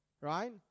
right